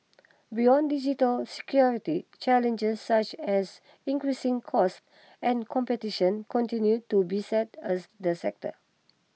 beyond digital security challenges such as increasing costs and competition continue to beset a the sector